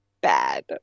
bad